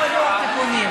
רשומה,